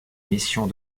missions